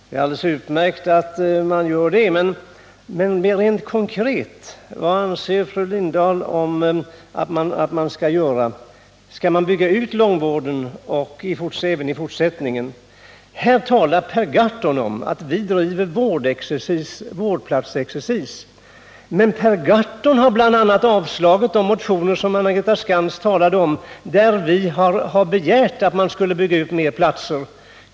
Det är alldeles utmärkt att man gjort det. Men vad anser fru Lindahl rent konkret att man skall göra? Skall man även i fortsättningen bygga ut långvården? Här talar Per Gahrton om att vi driver vårdplatsexercis. Men Per Gahrton har avstyrkt de motioner Anna-Greta Skantz talade om där vi begärt att långvården skall byggas ut för att ge fler platser.